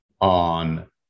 on